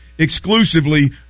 exclusively